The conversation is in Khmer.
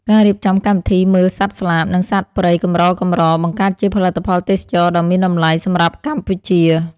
ការរៀបចំកម្មវិធីមើលសត្វស្លាប និងសត្វព្រៃកម្រៗបង្កើតជាផលិតផលទេសចរណ៍ដ៏មានតម្លៃសម្រាប់កម្ពុជា។